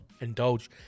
Indulge